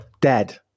dead